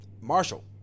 Marshall